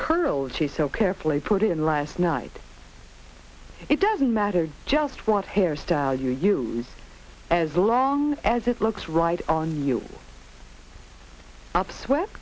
curls she so carefully put in last night it doesn't matter just what hairstyle you as long as it looks right on you